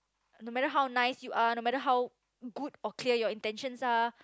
no matter how nice you are no matter how good or clear your intentions are